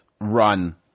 run